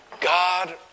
God